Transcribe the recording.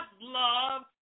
love